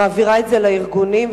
מעבירה את זה לארגונים,